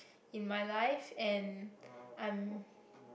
in my life and I'm